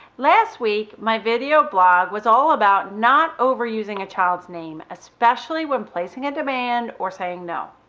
last week, my video blog was all about not overusing a child's name, especially when placing a demand or saying no.